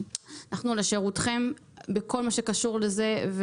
אנחנו לשירותכם בכל מה שקשור לזה,